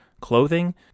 clothing